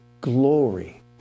glory